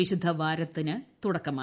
വിശുദ്ധവാരത്തിന് തുടക്കമായി